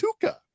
Tuca